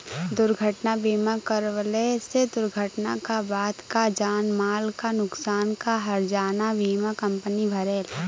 दुर्घटना बीमा करवले से दुर्घटना क बाद क जान माल क नुकसान क हर्जाना बीमा कम्पनी भरेला